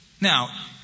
Now